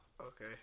Okay